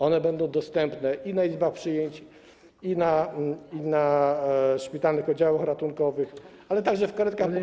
One będą dostępne i na izbach przyjęć, i na szpitalnych oddziałach ratunkowych, ale także w karetkach pogotowia.